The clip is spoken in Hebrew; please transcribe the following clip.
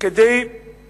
שבאים